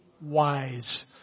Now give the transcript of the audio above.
wise